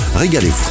régalez-vous